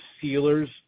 sealers